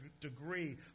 degree